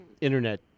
internet